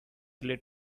late